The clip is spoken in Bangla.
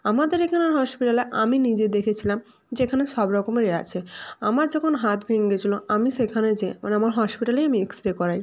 আমাদের এখানের হসপিটালে আমি নিজে দেখেছিলাম যে এখানে সব রকমের ইয়ে আছে আমার যখন হাত ভেঙে গিয়েছিল আমি সেখানে যেয়ে মানে আমার হসপিটালেই আমি এক্স রে করাই